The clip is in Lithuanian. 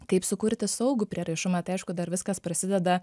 kaip sukurti saugų prieraišumą tai aišku dar viskas prasideda